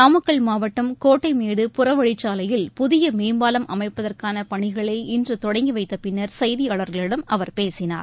நாமக்கல் மாவட்டம் கோட்டைமேடு புறவழிச்சாலையில் புதிய மேம்பாலம் அமைப்பதற்கான பணிகளை இன்று தொடங்கி வைத்த பின்னர் செய்தியாளர்களிடம் அவர் பேசினார்